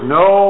no